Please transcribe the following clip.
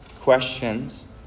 questions